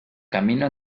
camino